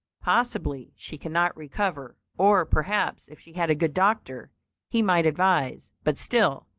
possibly she cannot recover, or perhaps if she had a good doctor he might advise but still,